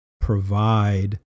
provide